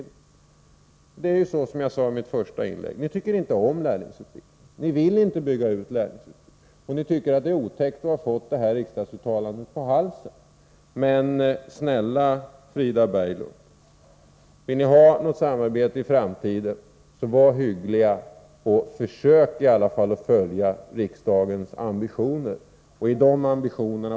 Det förhåller sig precis så som jag sade i mitt första inlägg: Ni tycker inte om lärlingsutbildningen, ni vill inte bygga ut lärlingsutbildningen och ni tycker att det är otäckt att ha fått detta riksdagsuttalande på halsen. Men, snälla Frida Berglund, om ni vill ha något samarbete i framtiden, var hyggliga och försök i alla fall att följa de ambitioner som riksdagen uttalat sig för!